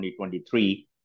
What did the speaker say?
2023